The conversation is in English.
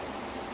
ya